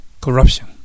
corruption